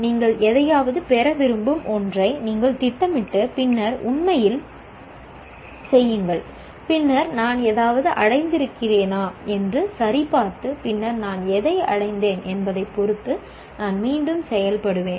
நீங்கள் எதையாவது பெற விரும்பும் ஒன்றை நீங்கள் திட்டமிட்டு பின்னர் உண்மையில் செய்யுங்கள் பின்னர் நான் ஏதாவது அடைந்திருக்கிறேனா என்று சரிபார்த்து பின்னர் நான் எதை அடைந்தேன் என்பதைப் பொறுத்து நான் மீண்டும் செயல்படுவேன்